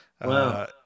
Wow